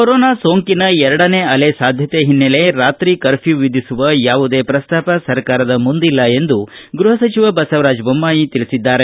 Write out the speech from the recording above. corona ಸೋಂಕಿನ ಎರಡನೇ ಅಲೆ ಸಾಧ್ಯತೆ ಓನ್ನೆಲೆ ರಾತ್ರಿ ಕರ್ಪೂ ವಿಧಿಸುವ ಯಾವುದೇ ಪ್ರಸ್ತಾಪ ಸರ್ಕಾರದ ಮುಂದಿಲ್ಲ ಎಂದು ಗೃಹ ಸಚಿವ ಬಸವರಾಜ ಬೊಮಾಯಿ ತಿಳಿಸಿದ್ದಾರೆ